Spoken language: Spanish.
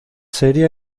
seria